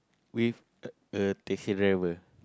with a a taxi driver